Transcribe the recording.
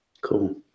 Cool